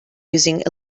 using